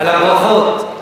על הברכות.